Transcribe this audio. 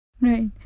Right